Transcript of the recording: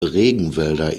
regenwälder